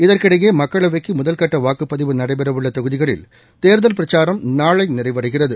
இதற்கிடையே மக்களவைக்கு முதல் கட்ட வாக்குப்பதிவு நடைபெறவுள்ள தொகுதிகளில் தேர்தல் பிரச்சாரம் நாளை நிறைவடைகிறது